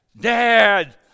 Dad